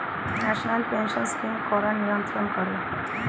National pension scheme কারা নিয়ন্ত্রণ করে?